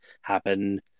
happen